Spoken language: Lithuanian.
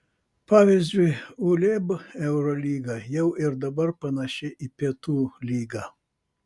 pavyzdžiui uleb eurolyga jau ir dabar panaši į pietų lygą